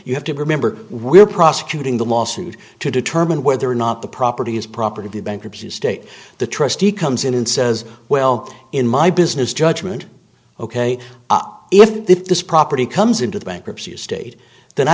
you have to remember we're prosecuting the lawsuit to determine whether or not the property is proper to the bankruptcy estate the trustee comes in and says well in my business judgment ok if this property comes into the bankruptcy of state th